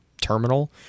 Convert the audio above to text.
terminal